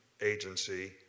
agency